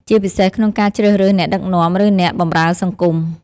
ជាពិសេសក្នុងការជ្រើសរើសអ្នកដឹកនាំ ឬអ្នកបម្រើសង្គម។